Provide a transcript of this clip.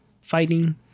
fighting